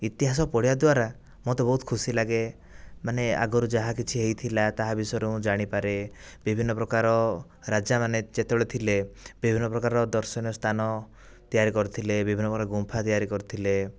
ଇତିହାସ ପଢିବା ଦ୍ୱାରା ମୋତେ ବହୁତ ଖୁସି ଲାଗେ ମାନେ ଆଗରୁ ଯାହାକିଛି ହୋଇଥିଲା ତାହା ବିଷୟରେ ମୁଁ ଜାଣିପାରେ ବିଭିନ୍ନ ପ୍ରକାରର ରାଜାମାନେ ଯେତେବେଳେ ଥିଲେ ବିଭିନ୍ନ ପ୍ରକାରର ଦର୍ଶନୀୟ ସ୍ଥାନ ତିଆରି କରିଥିଲେ ବିଭିନ୍ନ ପ୍ରକାରର ଗୁମ୍ଫା ତିଆରି କରିଥିଲେ